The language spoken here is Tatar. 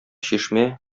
чишмә